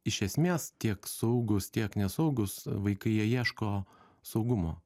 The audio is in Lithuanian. iš esmės tiek saugūs tiek nesaugūs vaikai jie ieško saugumo